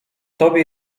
tobie